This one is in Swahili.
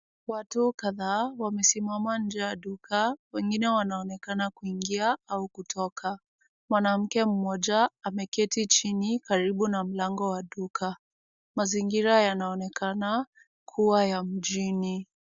Watu kadhaa wamesimama nje ya duka, wengine wanaonekana kuingia au kutoka. Mwanamke mmoja, ameketi chini karibu na mlango wa duka. Mazingira yanaonekana kuwa ya mjini.